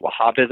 Wahhabism